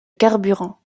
carburant